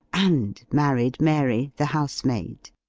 and married mary, the house-maid.